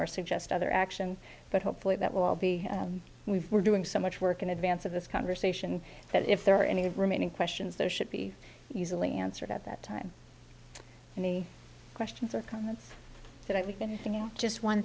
or suggest other action but hopefully that will be we were doing so much work in advance of this conversation that if there are any remaining questions there should be easily answered at that time any questions or comments that we